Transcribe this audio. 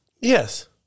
Yes